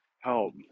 help